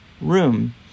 room